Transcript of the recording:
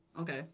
Okay